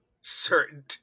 certain